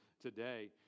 today